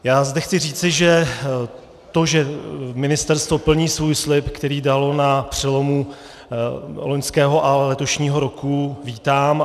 Já zde chci říci, že to, že ministerstvo plní svůj slib, který dalo na přelomu loňského a letošního roku, vítám.